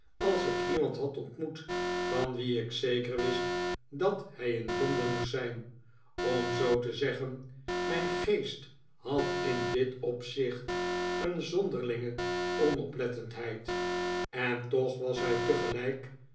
als ik iemand had ontmoet van wien ik zeker wist dat hij in londen moest zijn om zoo te zeggen mijn geest had in dit opzicht een zonderlinge onoplettendheid en toch was hij tegelijk